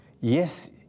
Yes